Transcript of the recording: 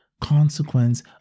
consequence